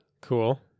Cool